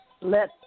let